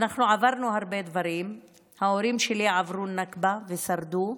עברנו הרבה דברים, ההורים שלי עברו נכבה ושרדו.